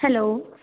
hello